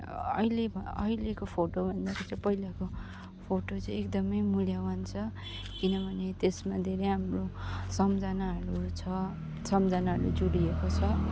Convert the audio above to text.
अहिले अहिलेको फोटोभन्दाखेरि चाहिँ पहिलाको फोटो चाहिँ एकदमै मूल्यवान छ किनभने त्यसमा धेरै हाम्रो सम्झानाहरू छ सम्झानाहरूले जुडिएको छ